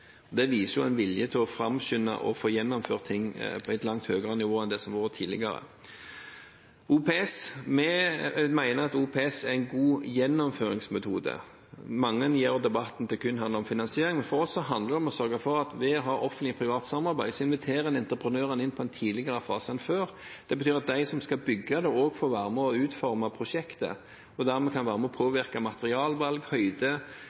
Det viser en vilje til å framskynde og få gjennomført ting på et langt høyere nivå enn det som har vært tidligere. Vi mener at OPS er en god gjennomføringsmetode. Mange får debatten til kun å handle om finansiering, men for oss handler det om å sørge for at man ved å ha offentlig–privat samarbeid inviterer entreprenørene inn i en tidligere fase enn før. Det betyr at de som skal bygge det, også får være med på å utforme prosjektet og dermed kan være med på å påvirke materialvalg, høyde,